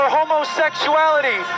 homosexuality